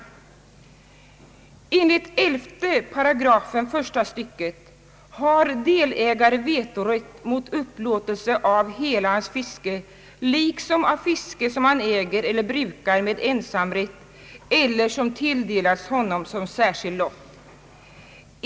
Enligt 11 § första stycket har delägare vetorätt mot upplåtelse av hela hans fiske liksom av fiske som han äger eller brukar med ensamrätt eller som tilldelats honom som särskild lott.